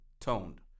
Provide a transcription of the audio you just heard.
toned